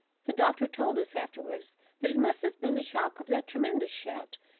the doctor told us afterwards that it must have been the shock of that tremendous shout,